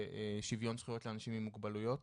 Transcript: לשוויון זכויות לאנשים עם מוגבלויות,